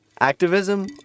Activism